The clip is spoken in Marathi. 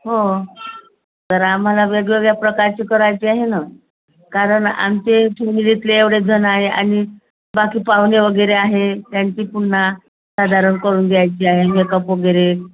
हो तर आम्हाला वेगवेगळ्या प्रकारचे करायचे आहे ना कारण आमचे फॅमिलीतले एवढे जण आहे आणि बाकी पाहुणे वगैरे आहे त्यांची पुन्हा साधारण करून द्यायचे आहे मेकअप वगैरे